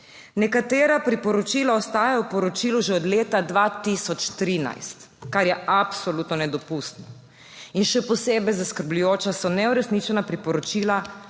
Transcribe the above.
Nekatera priporočila ostajajo v poročilu že od leta 2013, kar je absolutno nedopustno. Še posebej zaskrbljujoča so neuresničena priporočila